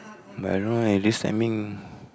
but I don't know eh this timing